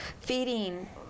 feeding